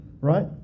right